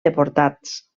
deportats